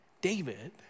David